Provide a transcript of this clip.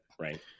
Right